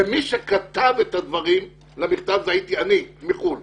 ומי שכתב את הדברים למכתב הייתי אני מחוץ-לארץ באותו היום.